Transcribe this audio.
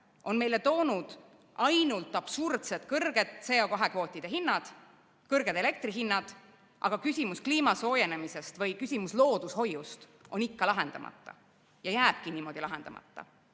on meile toonud absurdselt kõrged CO2kvootide hinnad, kõrged elektri hinnad, aga küsimus kliima soojenemisest või küsimus loodushoiust on ikka lahendamata ja jääbki niimoodi lahendamata. Vaadake,